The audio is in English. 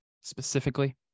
specifically